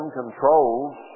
controls